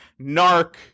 NARC